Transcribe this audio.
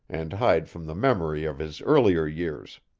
and hide from the memory of his earlier years.